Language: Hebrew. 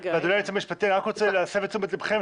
אני רק רוצה להסב את תשומת ליבכם,